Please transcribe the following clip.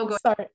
sorry